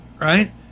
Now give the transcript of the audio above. right